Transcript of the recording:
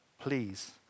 Please